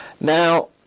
Now